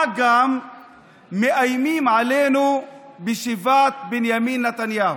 מה גם שמאיימים עלינו בשיבת בנימין נתניהו.